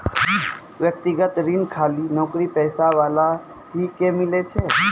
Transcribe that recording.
व्यक्तिगत ऋण खाली नौकरीपेशा वाला ही के मिलै छै?